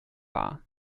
wahr